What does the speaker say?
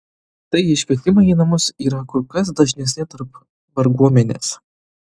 taigi iškvietimai į namus yra kur kas dažnesni tarp varguomenės